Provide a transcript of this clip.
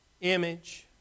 image